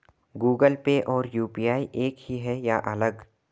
Google Pay और UPI एक ही है या अलग?